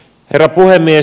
herra puhemies